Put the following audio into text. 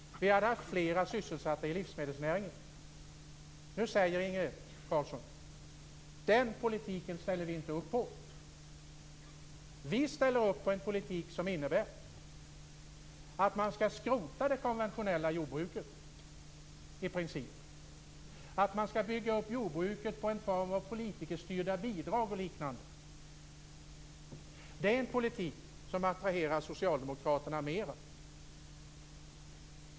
Vi hade haft fler sysselsatta i livsmedelsnäringen. Nu säger Inge Carlsson: Den politiken ställer vi inte upp på. Vi ställer upp på en politik som innebär att man i princip skall skrota det konventionella jordbruket. Man skall bygga upp jordbruket på en form av politikerstyrda bidrag och liknande. Det är en politik som attraherar socialdemokraterna mer.